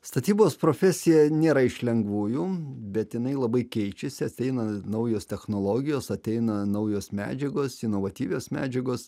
statybos profesija nėra iš lengvųjų bet jinai labai keičiasi ateina naujos technologijos ateina naujos medžiagos inovatyvios medžiagos